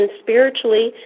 spiritually